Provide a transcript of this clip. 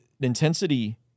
intensity